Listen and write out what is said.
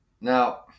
Now